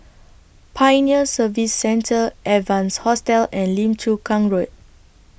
Pioneer Service Centre Evans Hostel and Lim Chu Kang Road